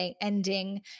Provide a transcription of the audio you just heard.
ending